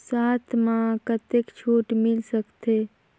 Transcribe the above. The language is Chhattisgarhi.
साथ म कतेक छूट मिल सकथे?